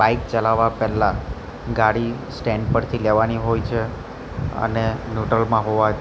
bike ચલાવવા પહેલાં ગાડી સ્ટેન્ડ પરથી લેવાની હોય છે અને ન્યુટ્રલમાં હોવા